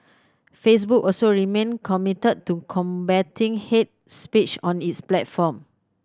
Facebook also remain committed to combating hate speech on its platform